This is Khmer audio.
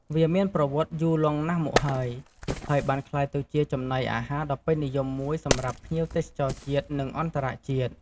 វាមានប្រវត្តិយូរលង់ណាស់មកហើយ ហើយបានក្លាយទៅជាចំណីអាហារដ៏ពេញនិយមមួយសម្រាប់ភ្ញៀវទេសចរជាតិ និងអន្តរជាតិ។